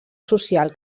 social